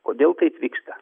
kodėl taip vyksta